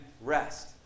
rest